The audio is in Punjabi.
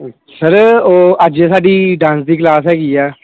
ਸਰ ਉਹ ਅੱਜ ਸਾਡੀ ਡਾਂਸ ਦੀ ਕਲਾਸ ਹੈਗੀ ਆ